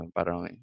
Parang